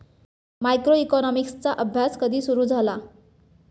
मायक्रोइकॉनॉमिक्सचा अभ्यास कधी सुरु झाला?